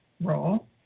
role